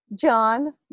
john